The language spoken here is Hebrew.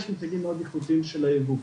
שיש מותגים מאוד איכותיים של הייבוא.